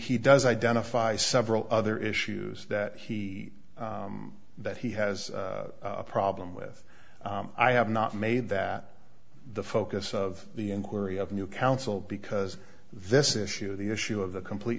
he does identify several other issues that he that he has a problem with i have not made that the focus of the inquiry of new counsel because this issue the issue of the complete